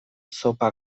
zopa